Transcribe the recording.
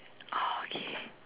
okay